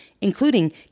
including